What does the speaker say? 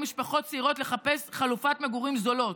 משפחות צעירות לחפש חלופות מגורים זולות.